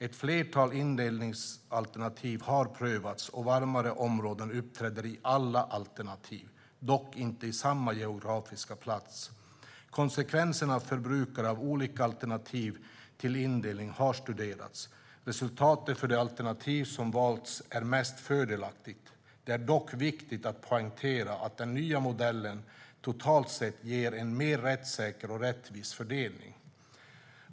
Ett flertal indelningsalternativ har prövats, och "varmare områden" uppträder i alla alternativ - dock inte på samma geografiska plats. Konsekvenserna för brukare av olika alternativ till indelning har studerats. Resultatet för det alternativ som valts är mest fördelaktigt. Det är dock viktigt att poängtera att den nya modellen totalt sett ger en mer rättssäker och rättvis fördelning.